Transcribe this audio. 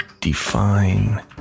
define